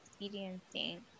experiencing